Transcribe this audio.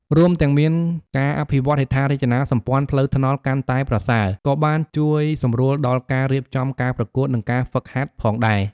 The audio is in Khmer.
រួមទាំងមានការអភិវឌ្ឍហេដ្ឋារចនាសម្ព័ន្ធផ្លូវថ្នល់កាន់តែប្រសើរ ក៏បានជួយសម្រួលដល់ការរៀបចំការប្រកួត និងការហ្វឹកហាត់ផងដែរ។